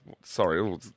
Sorry